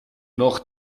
noch